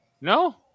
No